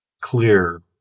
clear